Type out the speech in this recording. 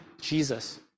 Jesus